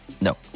no